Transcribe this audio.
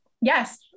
Yes